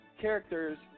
characters